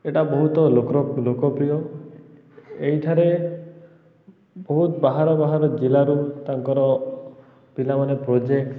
ଏଇଟା ବହୁତ ଲୋକ ଲୋକପ୍ରିୟ ଏଇଠାରେ ବହୁତ ବାହାର ବାହାର ଜିଲ୍ଲାରୁ ତାଙ୍କର ପିଲାମାନେ ପ୍ରୋଜେକ୍ଟ